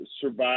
survive